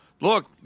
look